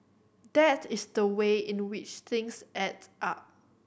that is the way in which things add up